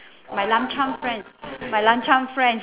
my luncheon friends my luncheon friends